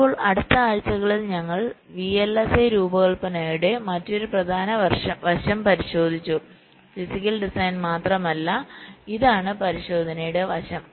ഇപ്പോൾ അടുത്ത ആഴ്ചകളിൽ ഞങ്ങൾ VLSI രൂപകൽപ്പനയുടെ മറ്റൊരു പ്രധാന വശം പരിശോധിച്ചു ഫിസിക്കൽ ഡിസൈൻ മാത്രമല്ല ഇതാണ് പരിശോധനയുടെ വശം